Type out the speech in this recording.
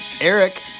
Eric